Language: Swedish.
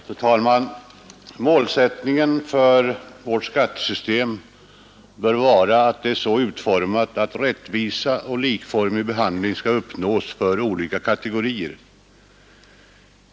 Fru talman! Målsättningen för vårt skattesystem bör vara att det är så utformat att rättvisa och likformig behandling kan uppnås för olika kategorier.